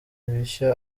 bishya